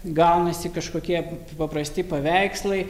gaunasi kažkokie paprasti paveikslai